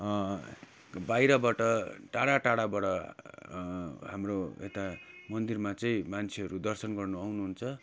बाहिरबाट टाढा टाढाबाट हाम्रो यता मन्दिरमा चाहिँ मान्छेहरू दर्शन गर्नु आउनुहुन्छ